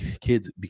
kids